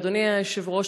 אדוני היושב-ראש,